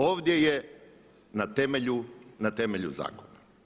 Ovdje je na temelju zakona.